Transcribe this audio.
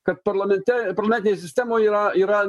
kad parlamente parlamentinėj sistemoj yra yra